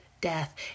death